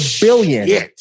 billion